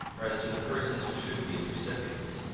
or as to the persons who should be its recipients.